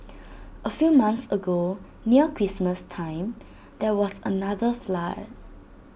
A few months ago near Christmas time there was another flood